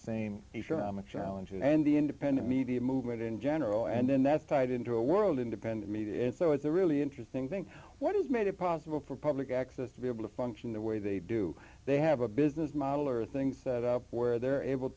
same challenge and the independent media movement in general and then that's tied into a world independent media and so it's a really interesting thing what is made it possible for public access to be able to function the way they do they have a business model are things set up where they're able